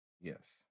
Yes